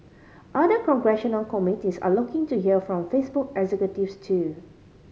other congressional committees are looking to hear from Facebook executives too